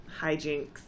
hijinks